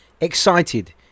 Excited